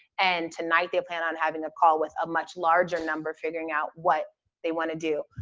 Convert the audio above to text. and tonight, they plan on having a call with a much larger number, figuring out what they wanna do.